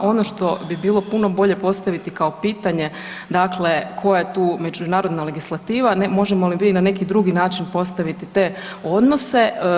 Ono što bi bilo puno bolje postaviti kao pitanje dakle koja je tu međunarodna legislativa, možemo li mi na neki drugi način postaviti te odnose.